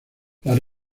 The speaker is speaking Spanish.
las